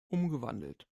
umgewandelt